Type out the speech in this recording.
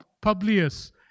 Publius